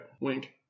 Wink